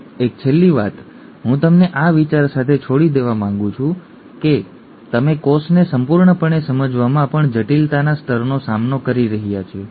એક છેલ્લી વાત હું તમને આ વિચાર સાથે છોડી દેવા માંગું છું કે તમે કોષને સંપૂર્ણપણે સમજવામાં પણ જટિલતાના સ્તરનો સામનો કરી રહ્યા છીએ